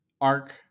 arc